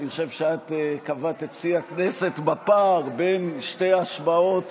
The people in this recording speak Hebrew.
אני חושב שאת קבעת את שיא הכנסת בפער בין שתי השבעות